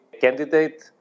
candidate